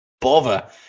bother